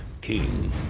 King